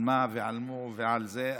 על מה ועל מו ועל זה,